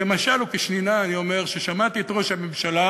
כמשל וכשנינה אני אומר ששמעתי את ראש הממשלה